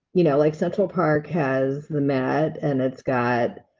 you know, like central park has the mat and it's got.